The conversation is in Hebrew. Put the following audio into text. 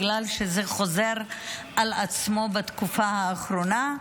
בגלל שזה חוזר על עצמו בתקופה האחרונה,